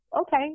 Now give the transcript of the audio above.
Okay